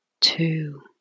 two